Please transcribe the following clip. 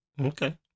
okay